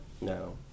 No